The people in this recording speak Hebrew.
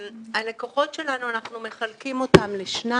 אנחנו מחלקים את הלקוחות שלנו לשניים.